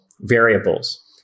variables